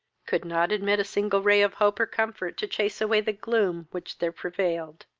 could not admit a single ray of hope or comfort to chase away the gloom which there prevailed.